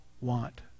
want